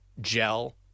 gel